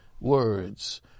words